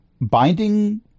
binding